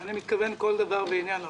אני מתכוון להתייחס לכל דבר ועניין.